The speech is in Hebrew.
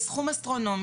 זה סכום אסטרונומי.